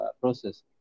process